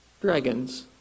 dragons